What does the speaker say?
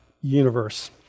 Universe